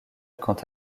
quant